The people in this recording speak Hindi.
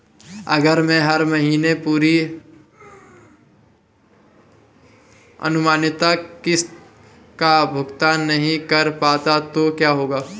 अगर मैं हर महीने पूरी अनुमानित किश्त का भुगतान नहीं कर पाता तो क्या होगा?